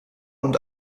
und